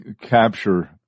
capture